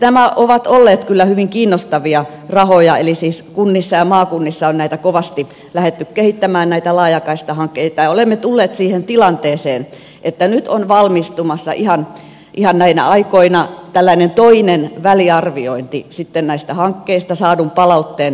nämä ovat olleet kyllä hyvin kiinnostavia rahoja eli siis kunnissa ja maakunnissa on näitä laajakaistahankkeita kovasti lähdetty kehittämään ja olemme tulleet siihen tilanteeseen että nyt on valmistumassa ihan näinä aikoina tällainen toinen väliarviointi sitten näistä hankkeista saadun palautteen perusteella